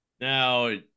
Now